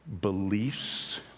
beliefs